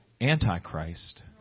Antichrist